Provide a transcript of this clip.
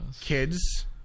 Kids